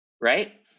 right